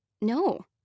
No